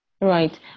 Right